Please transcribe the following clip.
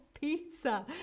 pizza